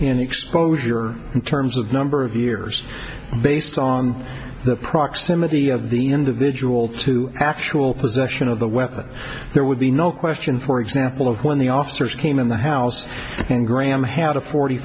in exposure in terms of number of years based on the proximity of the individual to actual possession of the weapon there would be no question for example when the officers came in the house and graham had a forty